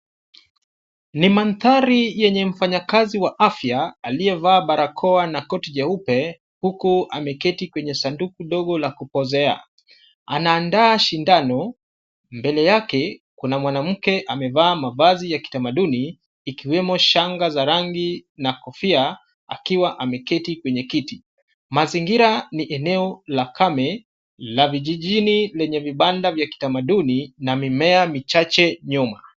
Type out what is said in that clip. Ni mandhari yenye mfanyakazi wa afya aliyevaa barakoa na koti jeupe huku ameketi kwenye sanduku dogo la kupozea . Anaandaa sindano. Mbele yake kuna mwanamke amevaa mavazi ya kitamaduni ikiwemo shanga za rangi na kofia akiwa ameketi kwenye kiti. Mazingira ni eneo la kame la vijijini lenye vibanda vya kitamaduni na mimea michache nyuma.